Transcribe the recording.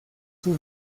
sus